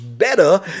better